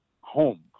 home